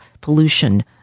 pollution